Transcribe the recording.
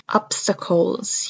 obstacles